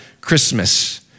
Christmas